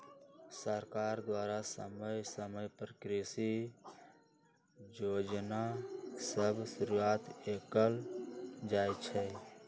सरकार द्वारा समय समय पर कृषि जोजना सभ शुरुआत कएल जाइ छइ